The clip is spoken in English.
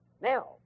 Now